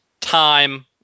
time